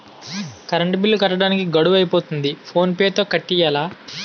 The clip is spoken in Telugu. కరంటు బిల్లు కట్టడానికి గడువు అయిపోతంది ఫోన్ పే తో కట్టియ్యాల